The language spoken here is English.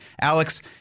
Alex